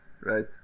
Right